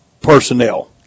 personnel